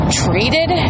treated